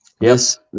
yes